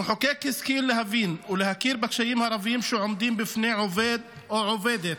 המחוקק השכיל להבין ולהכיר בקשיים הרבים שעומדים בפני עובד או עובדת